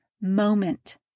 moment